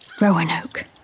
Roanoke